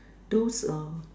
those uh